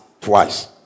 twice